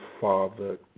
father